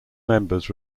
members